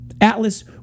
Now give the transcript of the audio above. Atlas